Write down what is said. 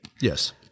Yes